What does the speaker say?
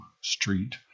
Street